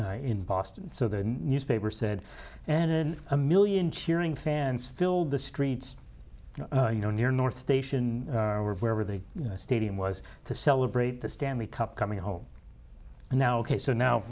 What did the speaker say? d in boston so the newspaper said and in a million cheering fans filled the streets you know near north station or wherever they stadium was to celebrate the stanley cup coming home and now ok so now